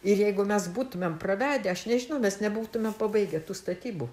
ir jeigu mes būtumėm pravedę aš nežinau mes nebūtumėm pabaigę tų statybų